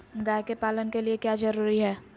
गाय के पालन के लिए क्या जरूरी है?